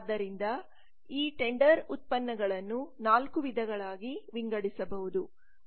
ಆದ್ದರಿಂದ ಈ ಟೆಂಡರ್ ಉತ್ಪನ್ನಗಳನ್ನು 4 ವಿಧಗಳಾಗಿ ವಿಂಗಡಿಸಬಹುದು